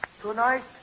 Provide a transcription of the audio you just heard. Tonight